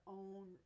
own